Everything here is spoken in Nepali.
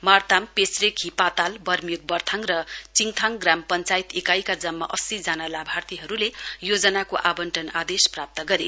मार्ताम पेचरेक ही पाताल बर्मियोक बरथाङ र चिङयाङ ग्राम पञ्चायत इकाईका जम्मा अस्सीजना लाभार्थीहरूले योजनाको आवंटन आदेश प्राप्त गरे